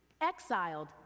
Exiled